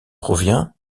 provient